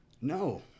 No